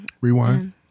rewind